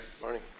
morning